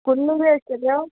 कुल्ल्यो बी आसतल्यो